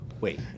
Wait